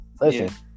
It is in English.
Listen